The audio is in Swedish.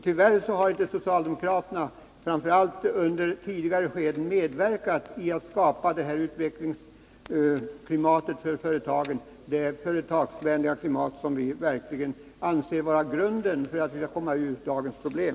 Tyvärr har socialdemokraterna, framför allt under tidigare skeden, inte medverkat till att skapa det företagsvänliga klimat som vi anser vara grunden för att vi skall komma ur dagens problem.